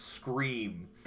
scream